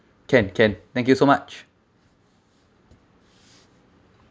can can thank you so much